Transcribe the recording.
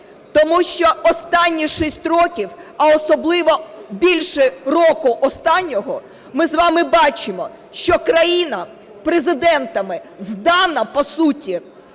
Тому що останні шість років, а особливо більше року останнього, ми з вами бачимо, що країна президентами здана по суті